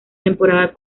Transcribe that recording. temporada